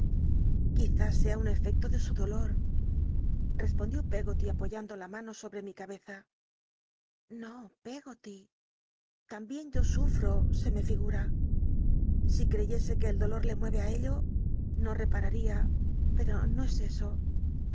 quizüs sra un efecto tic su dolor respondió pe goty iij oyando la mano sobremi cabeza o pcg oty lambien yo sufro se me rtgut l si creyese que el dolor le mucl'r ü ello no rcpa ral'ia ptll'o no es eso